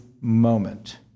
moment